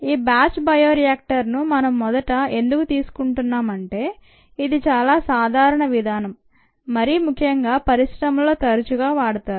ఈ batch bioreactor ను మనం మొదట ఎందుకు తీసుకుంటున్నాం అంటే ఇది చాలా సాధారణ విధానం మరిముఖ్యంగా పరిశ్రమల్లో తరచుగా వాడుతారు